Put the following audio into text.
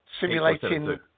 simulating